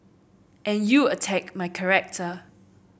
and you attack my character